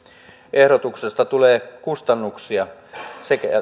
ehdotuksesta tulee kustannuksia ja se